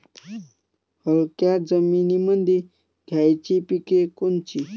हलक्या जमीनीमंदी घ्यायची पिके कोनची?